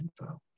info